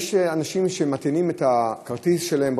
יש אנשים שמטעינים את הכרטיס שלהם,